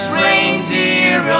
reindeer